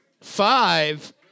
five